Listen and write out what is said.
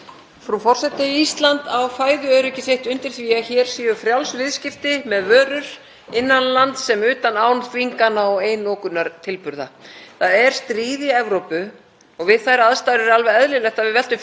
Það er stríð í Evrópu og við þær aðstæður er alveg eðlilegt að við veltum fyrir okkur fæðuöryggi því að við erum langt í frá sjálfbær þegar kemur að matvælaframleiðslu. Því verðum við að treysta á að geta flutt inn ýmiss konar aðföng,